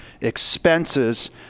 expenses